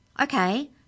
Okay